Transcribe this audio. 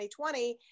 2020